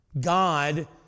God